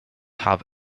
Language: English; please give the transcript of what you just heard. have